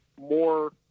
more